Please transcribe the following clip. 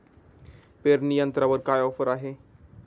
पेरणी यंत्रावर काय ऑफर आहे?